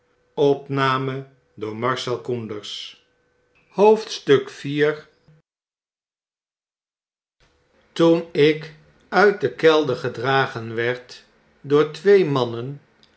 n ik uit den kelder gedragen werd door twee mannen